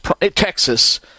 Texas